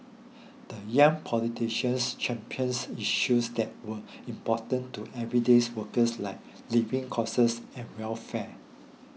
the young politicians championed issues that were important to everyday's workers like living causes and welfare